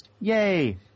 Yay